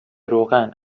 روغن